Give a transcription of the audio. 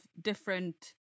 different